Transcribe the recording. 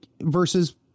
versus